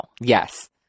Yes